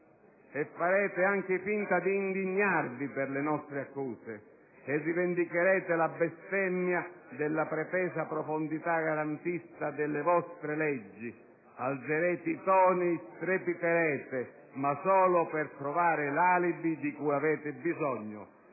E farete anche finta di indignarvi per le nostre accuse e rivendicherete la bestemmia della pretesa profondità garantista delle vostre leggi. Alzerete i toni, strepiterete, ma solo per trovare l'alibi di cui avete bisogno.